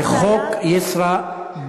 זה חוק "ישרא-בגי",